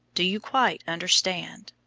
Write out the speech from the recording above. do you quite understand?